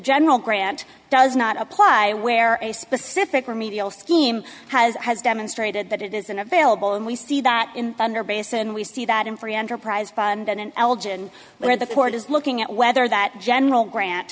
general grant does not apply where a specific remedial scheme has demonstrated that it isn't available and we see that in under bass and we see that in free enterprise fund and in elgin where the court is looking at whether that general grant